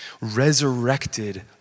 resurrected